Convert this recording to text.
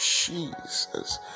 Jesus